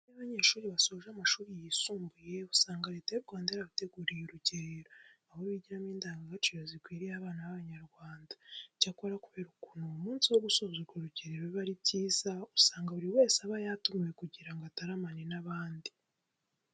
Iyo abanyeshuri basoje amashuri yisumbuye usanga Leta y'u Rwanda yarabateguriye urugerero, aho bigiramo indangagaciro zikwiriye abana b'Abanyarwanda. Icyakora kubera ukuntu ku munsi wo gusoza urwo rugerero biba ari byiza, usanga buri wese aba yatumiwe kugira ngo ataramane n'abandi.